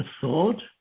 thought